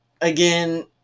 again